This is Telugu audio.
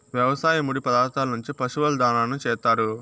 వ్యవసాయ ముడి పదార్థాల నుంచి పశువుల దాణాను చేత్తారు